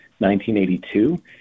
1982